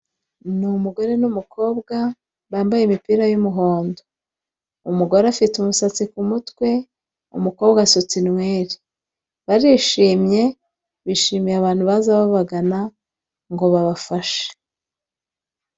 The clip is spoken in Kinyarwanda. Ni umugore n'umukobwa bambaye imipira y'imihondo. Umugore afite umusatsi ku mutwe, umukobwa asutse inwere, barishimye bishimiye abantu baza babagana ngo babafashe.